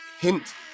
Hint